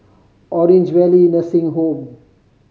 Orange Valley Nursing Home